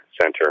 Center